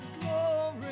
glory